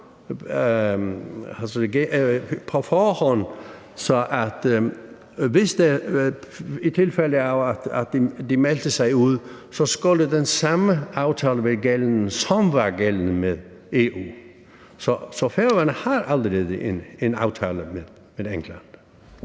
af at de meldte sig ud – skulle være gældende, som var gældende med EU. Så Færøerne har allerede en aftale med England.